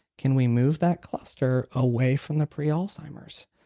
can we move that cluster away from the pre-alzheimer's?